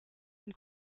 dem